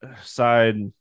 side